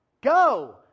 go